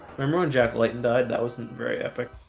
mime on jack layton died, that wasn't very epic